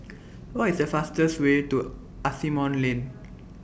What IS The fastest Way to Asimont Lane